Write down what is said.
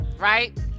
right